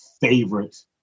favorite